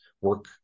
work